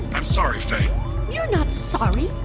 i'm sorry, faye you're not sorry